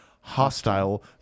hostile